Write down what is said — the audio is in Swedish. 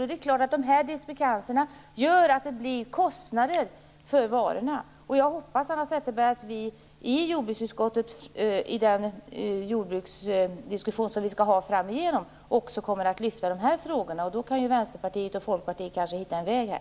Det är klart att de diskrepanserna gör att kostnader knyts till varorna. Jag hoppas, Hanna Zetterberg, att vi i jordbruksutskottet i den jordbruksdiskussion som vi framöver skall ha också lyfter fram de här frågorna. Kanske kan då Vänsterpartiet och Folkpartiet hitta en väg här.